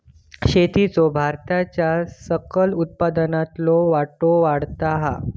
शेतीचो भारताच्या सकल उत्पन्नातलो वाटो वाढता हा